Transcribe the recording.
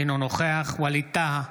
אינו נוכח ווליד טאהא,